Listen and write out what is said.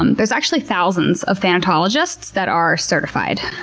um there's actually thousands of thanatologists that are certified.